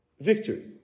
Victory